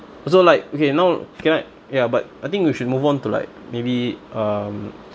so like okay now ok right ya but I think we should move on to like maybe um